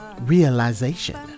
Realization